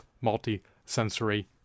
multi-sensory